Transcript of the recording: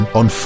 on